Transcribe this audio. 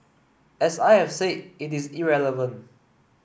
as I have said it is irrelevant